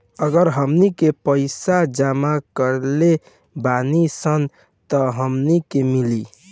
अगर हमनी के पइसा जमा करले बानी सन तब हमनी के मिली